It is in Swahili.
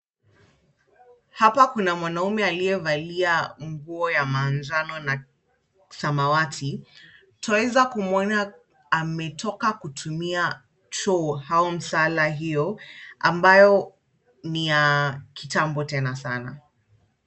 Hapa kuna mwanaume aliyevalia nguo ya manjano na samawati. Twaweza kumuona ametoka kutumia choo au msala hio ambayo ni ya kitambo tena sana.